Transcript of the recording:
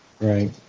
Right